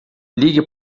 ligue